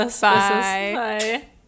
Bye